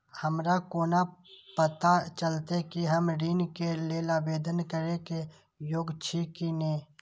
हमरा कोना पताा चलते कि हम ऋण के लेल आवेदन करे के योग्य छी की ने?